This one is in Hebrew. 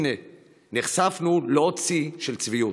הינה נחשפנו לעוד שיא של צביעות.